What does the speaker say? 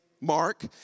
Mark